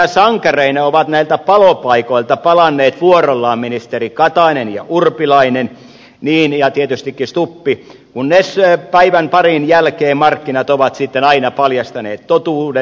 yhä suurempina sankareina ovat näiltä palopaikoilta palanneet vuorollaan ministerit katainen ja urpilainen ja tietystikin stubb kunnes päivän parin jälkeen markkinat ovat sitten aina paljastaneet totuuden